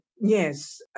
yes